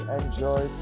enjoy